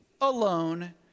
alone